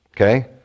okay